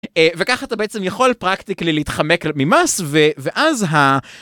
וככה אתה בעצם יכול פרקטיקלי להתחמק ממס ו, ואז ה...